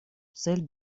цель